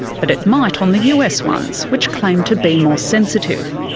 but it might on the us ones which claim to be more sensitive.